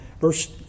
verse